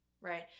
right